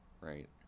Right